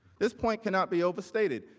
this point cannot be overstated.